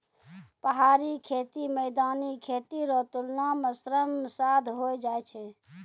पहाड़ी खेती मैदानी खेती रो तुलना मे श्रम साध होय जाय छै